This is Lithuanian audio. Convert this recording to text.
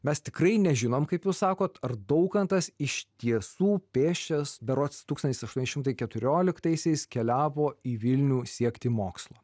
mes tikrai nežinom kaip jūs sakot ar daukantas iš tiesų pėsčias berods tūkstantis aštuoni šimtai keturioliktaisiais keliavo į vilnių siekti mokslo